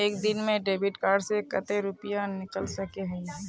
एक दिन में डेबिट कार्ड से कते रुपया निकल सके हिये?